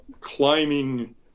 climbing